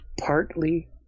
partly